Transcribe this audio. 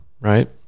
Right